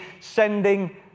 sending